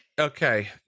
Okay